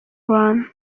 abantu